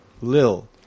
Lil